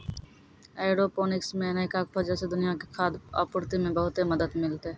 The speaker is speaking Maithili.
एयरोपोनिक्स मे नयका खोजो से दुनिया के खाद्य आपूर्ति मे बहुते मदत मिलतै